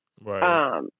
Right